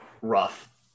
rough